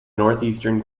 northeastern